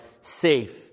safe